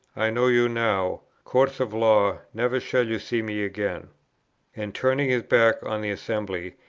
i know you now courts of law never shall you see me again and turning his back on the assembly,